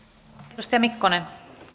arvoisa puhemies kuten